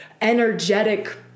energetic